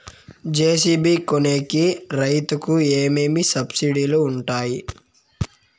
JCB కొనేకి రైతుకు ఏమేమి సబ్సిడి లు వుంటాయి?